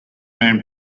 man